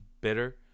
bitter